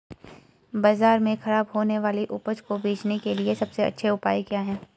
बाजार में खराब होने वाली उपज को बेचने के लिए सबसे अच्छा उपाय क्या हैं?